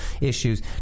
issues